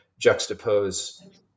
juxtapose